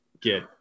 get